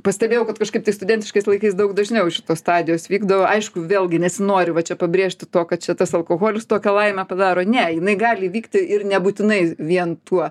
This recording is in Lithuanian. pastebėjau kad kažkaip tai studentiškais laikais daug dažniau šitos stadijos vykdavo aišku vėlgi nesinori va čia pabrėžti to kad čia tas alkoholis tokią laimę padaro ne jinai gali įvykti ir nebūtinai vien tuo